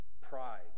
pride